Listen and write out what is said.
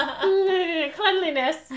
cleanliness